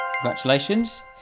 Congratulations